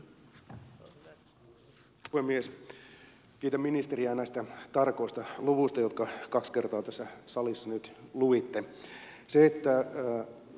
kiitän ministeriä näistä tarkoista luvuista jotka kaksi kertaa tässä salissa nyt luitte